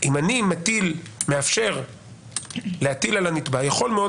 אם אני מאפשר להטיל על הנתבע יכול להיות